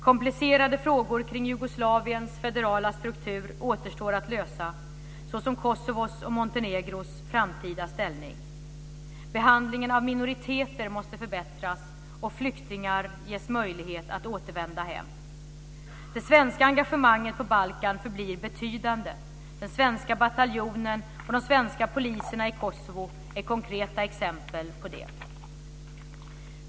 Komplicerade frågor kring Jugoslaviens federala struktur återstår att lösa, såsom Kosovos och Montenegros framtida ställning. Behandlingen av minoriteter måste förbättras och flyktingar ges möjlighet att återvända hem. Det svenska engagemanget på Balkan förblir betydande. Den svenska bataljonen och de svenska poliserna i Kosovo är konkreta exempel på det.